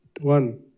one